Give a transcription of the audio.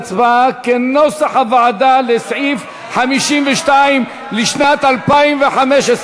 להצבעה על סעיף 52 לשנת 2015,